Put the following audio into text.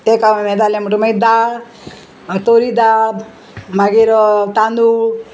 तेका हें जालें म्हणटा मागीर दाळ तोरी दाळ मागीर तांदूळ